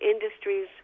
industries